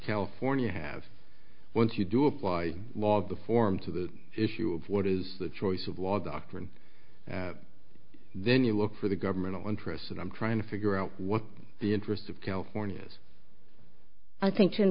california have once you do apply law of the form to the issue of what is the choice of law doctrine then you look for the governmental interests and i'm trying to figure out what the interests of california's i think t